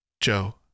Joe